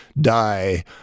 die